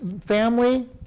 family